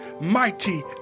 mighty